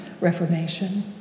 Reformation